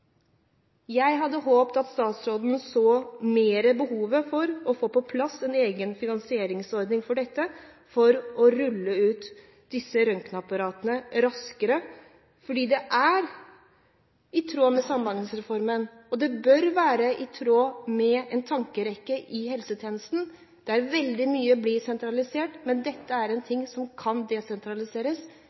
Jeg hadde håpet at statsråden så mer av behovet for å få på plass en egen finansieringsordning for å rulle ut disse røntgenapparatene raskere, fordi det er i tråd med Samhandlingsreformen, og det bør være i tråd med en tankerekke i helsetjenesten. Der blir veldig mye sentralisert. Dette er noe som kan desentraliseres,